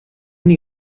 una